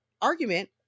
argument